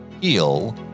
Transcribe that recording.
heal